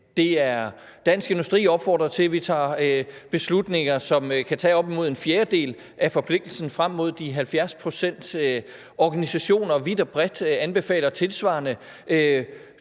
Dansk Industri opfordrer til, vi tager beslutninger, som kan sikre op imod en fjerdedel af forpligtelsen frem mod de 70 pct.; organisationer vidt og bredt anbefaler tilsvarende.